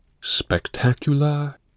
Spectacular